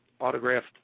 autographed